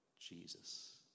Jesus